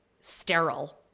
sterile